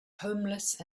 homeless